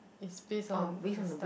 is based on the start